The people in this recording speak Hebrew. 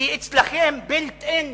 כי אצלכם built in בסיסטם,